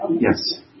Yes